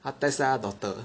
他 test 他的 daughter